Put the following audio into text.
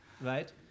right